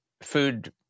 food